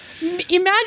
imagine